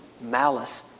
malice